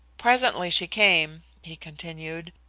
presently she came, he continued.